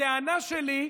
הטענה שלי היא,